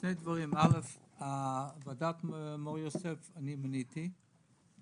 שני דברים: קודם כול את ועדת מור יוסף אני מיניתי בתקופתי.